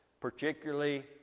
particularly